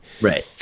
Right